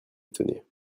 étonnés